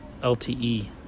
LTE